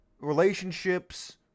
Relationships